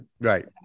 Right